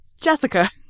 Jessica